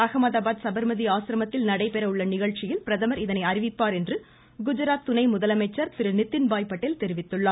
அகமதாபாத் சபர்மதி ஆசிரமத்தில் நடைபெறஉள்ள நிகழ்ச்சியில் பிரதமர் இதனை அறிவிப்பார் என்று குஜராத் துணை முதலமைச்சர் திரு நிதின்பாய் படேல் தெரிவித்துள்ளார்